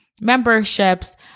memberships